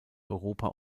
europa